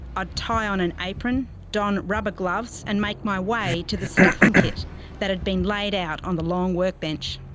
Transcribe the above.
ah tie on an apron, don rubber gloves and make my way to the stuffing kit that had been laid out on the long workbench.